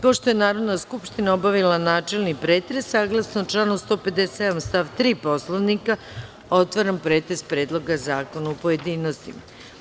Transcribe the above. Pošto je Narodna skupština obavila načelni pretres, saglasno članu 157. stav 3. Poslovnika, otvaram pretres Predloga zakona u pojedinostima.